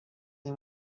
این